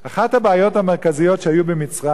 אחת הבעיות המרכזיות שהיו במצרים